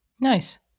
nice